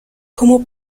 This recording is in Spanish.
como